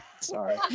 Sorry